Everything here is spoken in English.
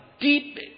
deep